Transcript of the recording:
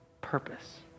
purpose